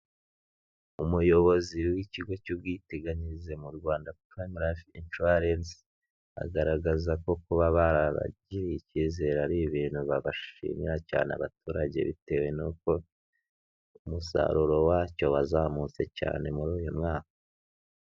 Umuyobozi w'ikigo cy'ubwiteganyirize mu Rwanda Prime life insurance, agaragaza ko kuba baragiriwe icyizere ari ibintu babashimira cyane abaturage, bitewe nuko umusaruro wacyo wazamutse cyane muri uyu mwaka.